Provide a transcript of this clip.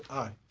aye.